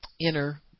inner